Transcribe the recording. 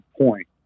point